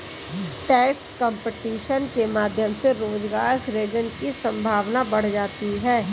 tax competition के माध्यम से रोजगार सृजन की संभावना बढ़ जाती है